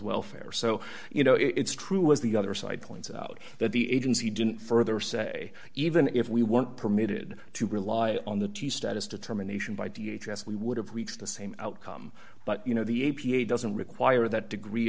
welfare so you know it's true as the other side points out that the agency didn't further say even if we weren't permitted to rely on the status determination by d h s we would have reached the same outcome but you know the a p a doesn't require that degree